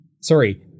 sorry